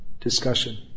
discussion